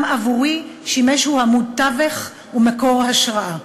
גם עבורי שימש הוא עמוד תווך ומקור השראה.